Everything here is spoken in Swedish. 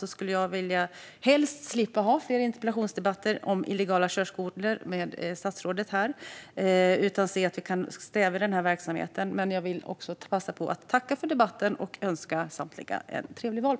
Jag skulle helst slippa ha fler interpellationsdebatter om illegala körskolor med statsrådet. Jag hoppas att vi kan stävja denna verksamhet. Men jag vill också passa på att tacka för debatten och önska samtliga en trevlig valborg.